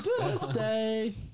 birthday